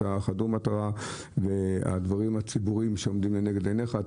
שאתה חדור מטרה ועוסק בנושאים הציבוריים שעומדים לנגד עיניך.